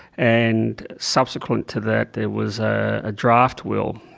and subsequent to that there was a draft will,